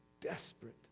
desperate